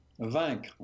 vaincre